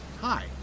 Hi